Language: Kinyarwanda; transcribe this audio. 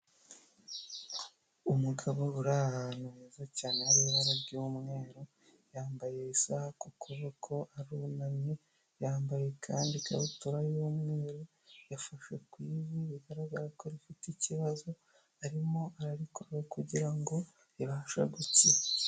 Umugabo uri ahantu heza cyane hari ibara ry'umweru, yambaye isaha ku kuboko arunamye yambaye kandi ikabutura y'umweru, yafashe ku ivi bigaragara ko rifite ikibazo arimo ararikoraho kugira ngo ribashe gukira.